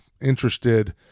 interested